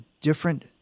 different